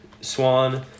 Swan